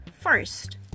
first